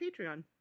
Patreon